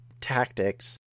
tactics